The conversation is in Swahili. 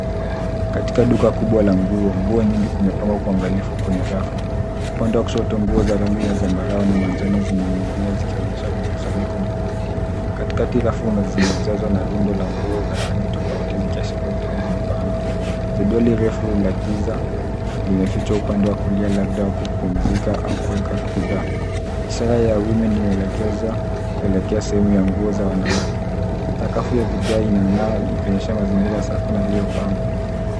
Katika duka kubwa la nguo, nguo nyingi zimepangwa kwa uangalifu kwenye rafu. Upande wa kushoto, nguo za rangi ya zambarau na manjano zimejaa, zikionyesha mkusanyiko mkubwa. Katika sehemu ya mbele, kuna rundo la nguo za rangi tofauti, likiwakilisha uteuzi mpana kwa wateja. Sehemu ya nyuma iliyoko upande wa kulia imejaa giza na inaonekana kama imefichwa, labda kwa ajili ya kuhifadhi mizigo au kuweka bidhaa maalum. Ishara yenye maandishi "Women" inaelekeza sehemu ya nguo za wanawake. Sakafu imepambwa kwa vigae na mapambo ya kuvutia, kuonyesha mpangilio mzuri na mazingira ya kuvutia.